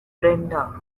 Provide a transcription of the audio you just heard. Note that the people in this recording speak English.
brenda